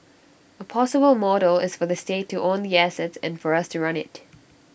A possible model is for the state to own the assets and for us to run IT